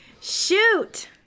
Shoot